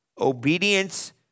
Obedience